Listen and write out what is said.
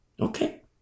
Okay